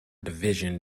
division